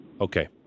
Okay